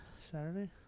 Saturday